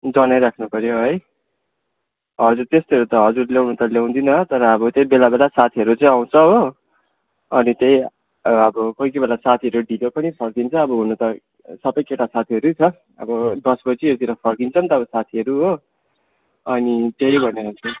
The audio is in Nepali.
जनाइ राख्नुपऱ्यो है हजुर त्यस्तोहरू हजुर ल्याउन त ल्याउँदिन तर अब त्यही बेला बेला साथीहरू चाहिँ आउँछ हो अनि त्यही अब कोही कोही बेला साथीहरू ढिलो पनि फर्किन्छ अब हुनु त सबै केटा साथीहरू नै छ अब दस बजीहरूतिर फर्किन्छ नि त साथीहरू हो अनि त्यही भनेर चाहिँ